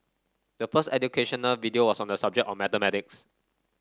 the first educational video was on the subject of mathematics